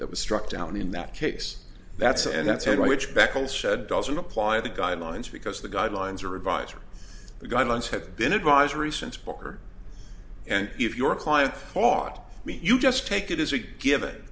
that was struck down in that case that's and that's one which back and said doesn't apply the guidelines because the guidelines are advisory the guidelines have been advisory since poker and if your client taught me you just take it as a given